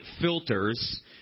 filters